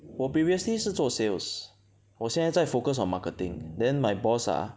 我 previously 是做 sales 我现在在 focus on marketing then my boss ah